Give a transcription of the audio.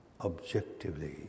objectively